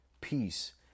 peace